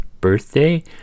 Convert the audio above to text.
birthday